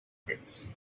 pits